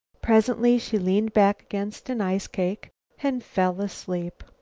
presently, she leaned back against an ice-cake and fell asleep.